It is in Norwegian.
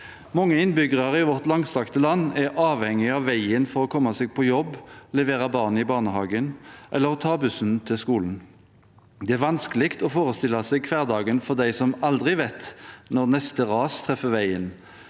Mange innbyggere i vårt langstrakte land er avhengig av veien for å komme seg på jobb, levere barn i barnehagen eller ta bussen til skolen. Det er vanskelig å forestille seg hverdagen for dem som aldri vet når neste ras treffer veien.